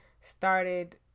started